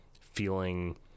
feeling